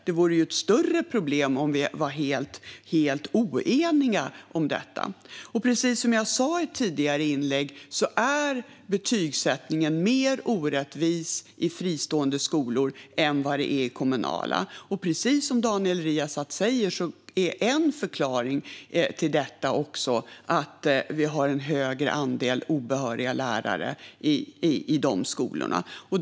Det vore ett större problem om vi var helt oeniga om detta. Precis som jag sa i ett tidigare inlägg är betygsättningen mer orättvis i fristående skolor än vad den är i de kommunala. Och precis som Daniel Riazat säger är en förklaring till detta att det finns en högre andel obehöriga lärare i dessa skolor.